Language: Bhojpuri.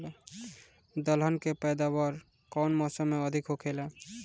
दलहन के पैदावार कउन मौसम में अधिक होखेला?